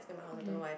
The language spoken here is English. okay